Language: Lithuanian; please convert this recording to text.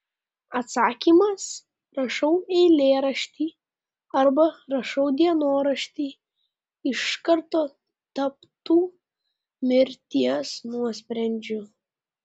atsakymas rašau eilėraštį arba rašau dienoraštį iš karto taptų mirties nuosprendžiu